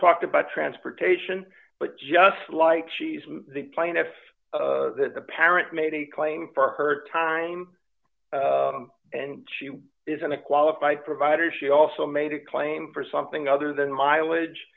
talked about transportation but just like she's the plaintiff the parent made a claim for her time and she isn't a qualified provider she also made a claim for something other than mileage